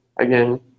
Again